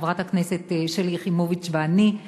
חברת הכנסת שלי יחימוביץ ואני,